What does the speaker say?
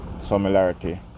Similarity